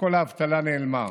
וכל האבטלה נעלמה.